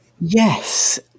Yes